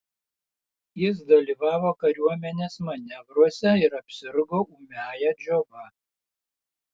jis dalyvavo kariuomenės manevruose ir apsirgo ūmiąja džiova